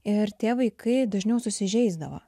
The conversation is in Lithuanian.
ir tie vaikai dažniau susižeisdavo